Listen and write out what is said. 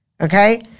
Okay